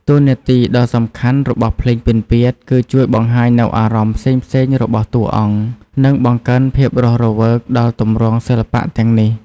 តួនាទីដ៏សំខាន់របស់ភ្លេងពិណពាទ្យគឺជួយបង្ហាញនូវអារម្មណ៍ផ្សេងៗរបស់តួអង្គ និងបង្កើនភាពរស់រវើកដល់ទម្រង់សិល្បៈទាំងនេះ។